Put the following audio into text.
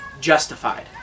justified